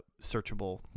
searchable